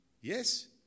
Yes